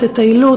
תטיילו,